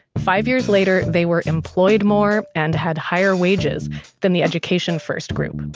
five years later, they were employed more and had higher wages than the education-first group.